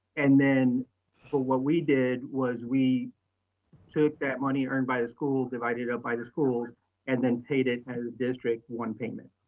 and then so what we did was we took that money earned by the schools, divided up by the schools and then paid it as a district one payment.